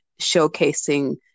showcasing